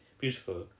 beautiful